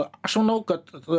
aš manau kad